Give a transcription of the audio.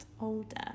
older